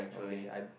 okay I